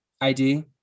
ID